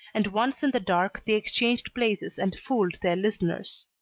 and once in the dark they exchanged places and fooled their listeners.